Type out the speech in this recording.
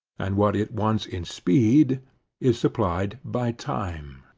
and what it wants in speed is supplied by time.